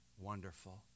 Wonderful